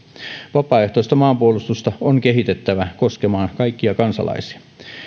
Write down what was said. vapaaehtoista maanpuolustusta on kehitettävä koskemaan kaikkia kansalaisia